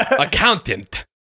Accountant